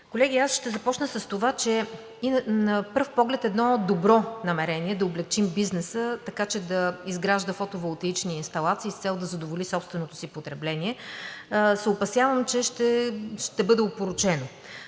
Колеги, аз ще започна с това, че на пръв поглед едно добро намерение – да облекчим бизнеса, така че да изгражда фотоволтаични инсталации с цел да задоволи собственото си потребление, се опасявам, че ще бъде опорочено.